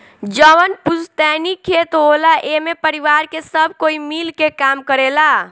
जवन पुस्तैनी खेत होला एमे परिवार के सब कोई मिल के काम करेला